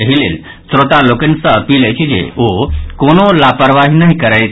एहि लेल श्रोता लोकनि सँ अपील अछि जे ओ कोनो लापरवाही नहि करथि